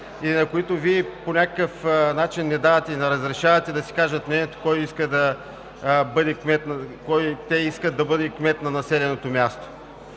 и на които Вие по някакъв начин не разрешавате да си кажат мнението кой искат да бъде кмет на населеното място.